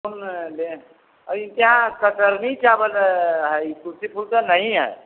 हम लें और इनके यहाँ कतरनी चावल है ये तुलसी फूल का नहीं है